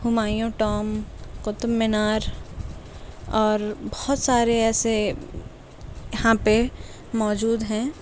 Humayun tomb Qutub Minar اور بہت سارے ایسے یہاں پہ موجود ہیں